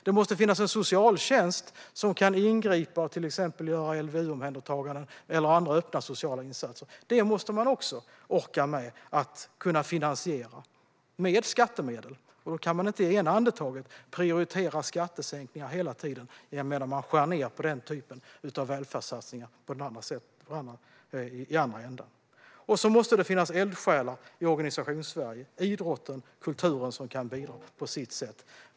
Det måste finnas en socialtjänst som kan ingripa och till exempel göra LVU-omhändertaganden eller andra öppna sociala insatser. Detta måste man också orka med att finansiera med skattemedel. Då kan man inte i ena ändan hela tiden prioritera skattesänkningar samtidigt som man i andra ändan skär ned på denna typ av välfärdssatsningar. Sedan måste det finnas eldsjälar i Organisationssverige - i idrotten och i kulturen - som kan bidra på sitt sätt.